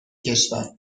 کشور